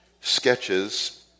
sketches